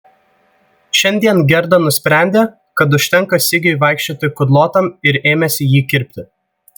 šiandien gerda nusprendė kad užtenka sigiui vaikščioti kudlotam ir ėmėsi jį kirpti